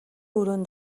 өрөөнд